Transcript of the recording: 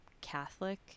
Catholic